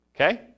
Okay